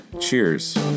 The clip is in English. Cheers